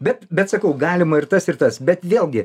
bet bet sakau galima ir tas ir tas bet vėlgi